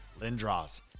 Lindros